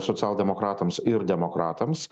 socialdemokratams ir demokratams